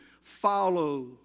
follow